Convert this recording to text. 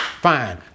fine